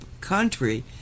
country